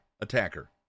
attacker